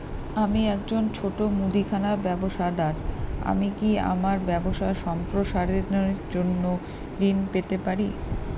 আমি একজন ছোট মুদিখানা ব্যবসাদার আমি কি আমার ব্যবসা সম্প্রসারণের জন্য ঋণ পেতে পারি?